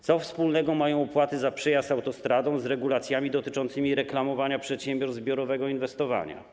Co wspólnego mają opłaty za przejazd autostradą z regulacjami dotyczącymi reklamowania przedsiębiorstw zbiorowego inwestowania?